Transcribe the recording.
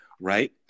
right